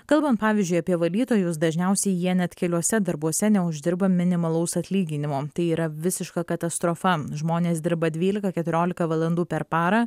kalbant pavyzdžiui apie valytojus dažniausiai jie net keliuose darbuose neuždirba minimalaus atlyginimo tai yra visiška katastrofa žmonės dirba dvylika keturiolika valandų per parą